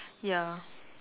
ya